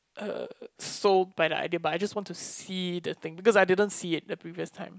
uh sold by the idea but I just want to see the thing because I didn't see it the previous time